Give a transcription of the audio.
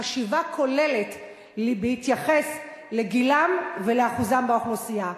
חשיבה כוללת בהתייחס לגילם ולאחוזם באוכלוסייה,